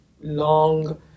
long